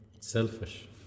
Selfish